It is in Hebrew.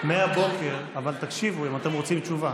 אבל תקשיבו, אם אתם רוצים תשובה.